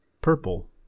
purple